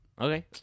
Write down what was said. okay